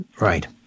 right